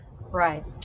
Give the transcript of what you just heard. right